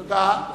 תודה.